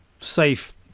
safe